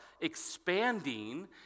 expanding